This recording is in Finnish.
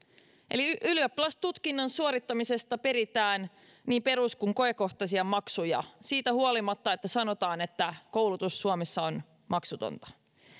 eli ylioppilastutkinnon suorittamisesta peritään niin perus kuin koekohtaisia maksuja siitä huolimatta että sanotaan että koulutus suomessa on maksutonta